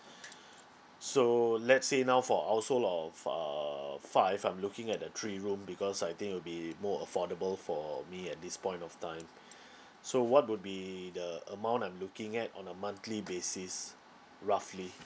so let's say now for household of uh five I'm looking at the three room because I think it'll be more affordable for me at this point of time so what would be the amount I'm looking at on a monthly basis roughly